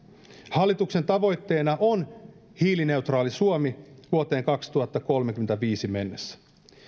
hallituksen tavoitteena on hiilineutraali suomi vuoteen kaksituhattakolmekymmentäviisi mennessä